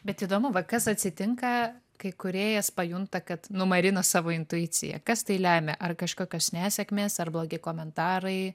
bet įdomu va kas atsitinka kai kūrėjas pajunta kad numarino savo intuiciją kas tai lemia ar kažkokios nesėkmės ar blogi komentarai